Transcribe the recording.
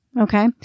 Okay